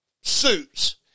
suits